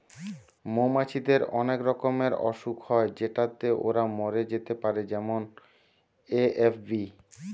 মৌমাছিদের অনেক রকমের অসুখ হয় যেটাতে ওরা মরে যেতে পারে যেমন এ.এফ.বি